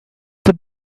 the